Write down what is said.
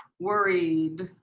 worried.